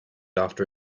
after